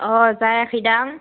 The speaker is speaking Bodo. अ जायाखै दां